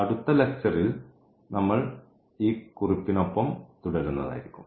അടുത്ത ലക്ച്ചറിൽ നമ്മൾ ഈ കുറുപ്പിനൊപ്പം തുടരുന്നതായിരിക്കും